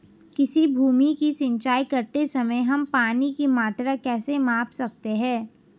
किसी भूमि की सिंचाई करते समय हम पानी की मात्रा कैसे माप सकते हैं?